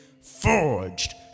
forged